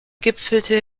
gipfelte